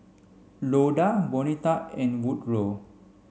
Loda Bonita and Woodrow